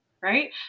right